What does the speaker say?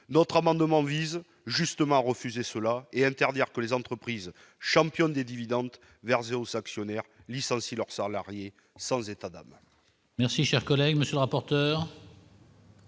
notre amendement vise justement refusé cela et interdire que les entreprises championnes des dividendes versés aux actionnaires, licencient leurs salariés sans état d'âme.